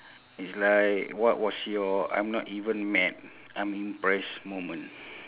it's like what was your I'm not even mad I'm impressed moment